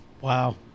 wow